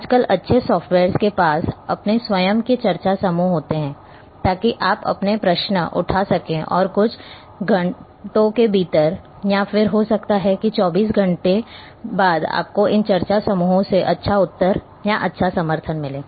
आजकल अच्छे सॉफ्टवेयर्स के पास अपने स्वयं के चर्चा समूह होते हैं ताकि आप अपना प्रश्न उठा सकें और कुछ घंटों के भीतर या फिर हो सकता है कि 24 घंटे बाद आपको इन चर्चा समूहों से अच्छा उत्तर और अच्छा समर्थन मिले